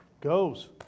Goes